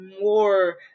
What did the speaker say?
more